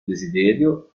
desiderio